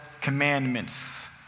commandments